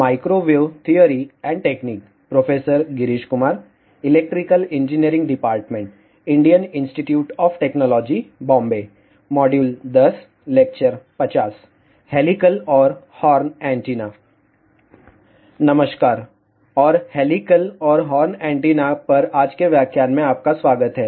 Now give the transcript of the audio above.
नमस्कार और हेलिकल और हॉर्न एंटीना पर आज के व्याख्यान में आपका स्वागत है